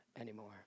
anymore